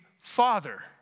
Father